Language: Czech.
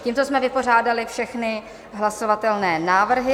Tímto jsme vypořádali všechny hlasovatelné návrhy.